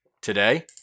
Today